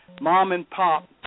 mom-and-pop